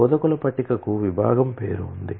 బోధకుల టేబుల్ కు విభాగం పేరు ఉంది